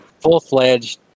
full-fledged